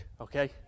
okay